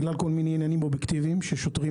בגלל כל מיני עניינים אובייקטיביים ששוטרים